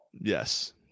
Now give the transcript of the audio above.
Yes